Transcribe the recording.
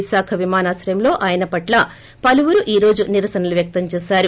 విశాఖ విమానాశ్రయంలో ఆయన పట్ల పలువురు ఈ రోజు నిరసనలు వ్యక్తం చేశారు